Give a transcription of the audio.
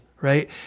right